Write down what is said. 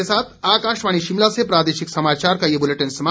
इसी के साथ आकाशवाणी शिमला से प्रादेशिक समाचार का ये बुलेटिन समाप्त हुआ